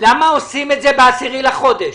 למה עושים את זה ב-10 בחודש?